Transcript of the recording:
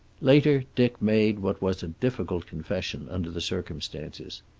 later dick made what was a difficult confession under the circumstances.